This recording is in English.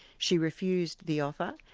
she refused the offer.